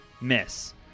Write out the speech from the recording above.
Miss